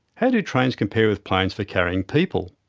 how do trains compare with planes for carrying people?